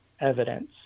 evidence